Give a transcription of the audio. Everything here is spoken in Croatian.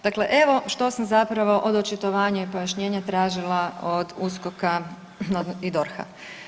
Dakle, evo što sam zapravo od očitovanja i pojašnjenja tražila od USKOK-a i DORH-a.